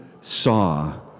saw